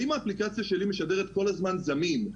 אם האפליקציה שלי משדרת כל הזמן "זמין",